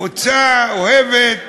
קבוצה אוהבת.